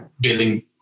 building